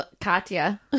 katya